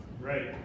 Right